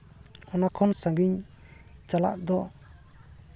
ᱚᱱᱟ ᱠᱷᱚᱱ ᱥᱟᱺᱜᱤᱧ ᱪᱟᱞᱟᱜ ᱫᱚ